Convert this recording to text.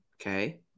Okay